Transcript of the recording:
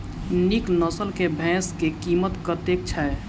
नीक नस्ल केँ भैंस केँ कीमत कतेक छै?